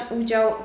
udział